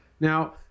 Now